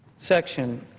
section,